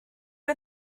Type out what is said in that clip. are